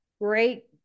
great